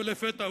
ולפתע,